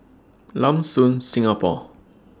Lam Soon Singapore